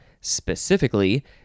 specifically